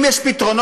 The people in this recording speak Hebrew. אם יש פתרונות,